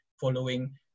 following